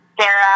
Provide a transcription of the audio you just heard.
Sarah